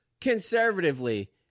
conservatively